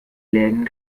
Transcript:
läden